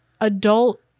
adult